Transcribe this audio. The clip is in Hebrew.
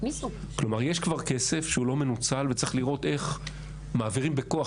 כלומר יש כבר כסף שהוא לא מנוצל וצריך לראות איך מעבירים "בכוח",